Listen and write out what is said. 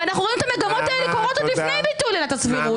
ואנחנו רואים את המגמות האלה קורות עוד לפני ביטול עילת הסבירות.